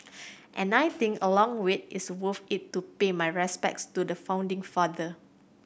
and I think a long wait is worth it to pay my respects to the founding father